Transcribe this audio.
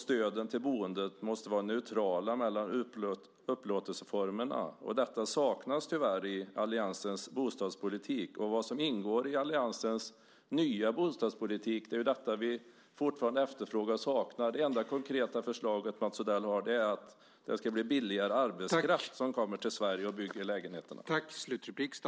Stöden till boendet måste vara neutrala mellan upplåtelseformerna. Detta saknas tyvärr i alliansens bostadspolitik. Vi efterfrågar och saknar fortfarande vad som ingår i alliansens nya bostadspolitik. Det enda konkreta förslaget Mats Odell har är att billigare arbetskraft ska komma till Sverige och bygga lägenheterna.